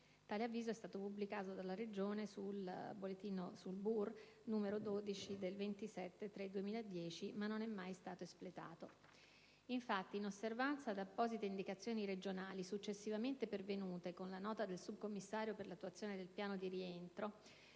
Tale avviso è stato pubblicato dalla Regione Lazio sul bollettino ufficiale della Regione n. 12 del 27 marzo 2010, ma non è mai stato espletato. Infatti, in osservanza ad apposite indicazioni regionali successivamente pervenute con la nota del subcommissario per l'attuazione del piano di rientro,